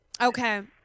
Okay